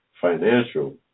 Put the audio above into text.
Financial